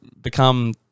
become